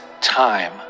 time